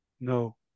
No